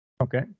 Okay